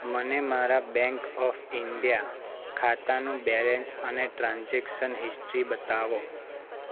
મને મારા bank of India ખાતાનું બેલેન્સ અને ટ્રાન્ઝેક્શન હિસ્ટ્રી બતાવો